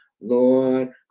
lord